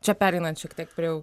čia pereinant šiek tiek prie jau